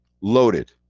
Loaded